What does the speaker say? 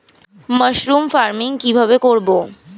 Mushroom farming কি ভাবে করব?